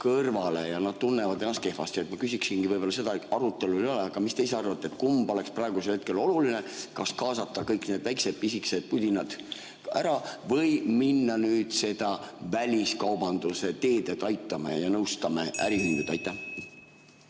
ja nad tunnevad ennast kehvasti. Ma küsiksingi seda, et arutelul see ei ole, aga mis te ise arvate, kumb oleks praegusel hetkel oluline, kas kaasata kõik need väiksed, pisikesed pudinad ära või minna seda väliskaubanduse teed, et aitame ja nõustame äriühinguid.